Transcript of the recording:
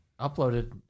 uploaded